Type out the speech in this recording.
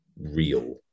real